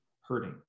hurting